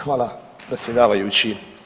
Hvala predsjedavajući.